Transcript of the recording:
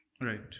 Right